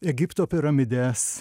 egipto piramides